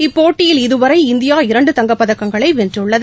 இப்போட்டியில் இதுவரை இந்தியா இரண்டு தங்க்பபதக்கங்களைவென்றுள்ளது